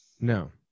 No